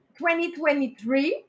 2023